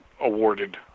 awarded